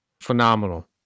Phenomenal